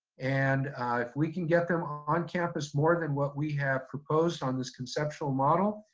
and if we can get them on campus more than what we have proposed on this conceptual model,